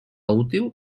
útil